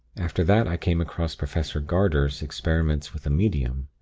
after that i came across professor garder's experiments with a medium